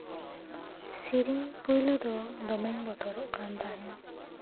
ᱥᱮᱨᱮᱧ ᱯᱳᱭᱞᱳ ᱫᱚ ᱫᱚᱢᱮᱧ ᱵᱚᱛᱚᱨᱚᱜ ᱠᱟᱱ ᱛᱟᱦᱮᱫ